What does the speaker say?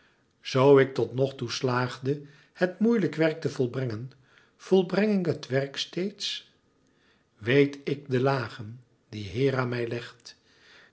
zoo ik tot nog toe slaagde het moeilijk werk te volbrengen volbreng ik het werk steeds weet ik de lagen die hera mij legt